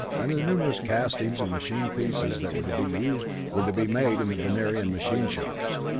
and the numerous castings and machined pieces that were to be used were to be made in the venerian machine shops.